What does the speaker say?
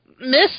miss